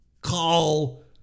call